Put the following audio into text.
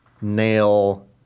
nail